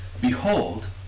Behold